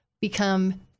become